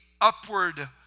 upward